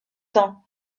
temps